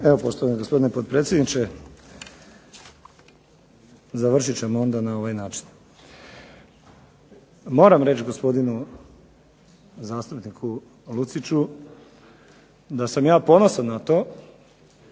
Evo poštovani gospodine potpredsjedniče, završit ćemo onda na ovaj način. Moram reći gospodinu zastupniku Luciću da sam ja ponosan na to